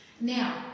Now